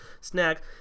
snack